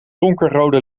donkerrode